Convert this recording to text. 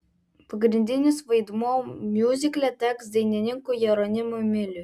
pagrindinis vaidmuo miuzikle teks dainininkui jeronimui miliui